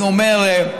הייתי אומר,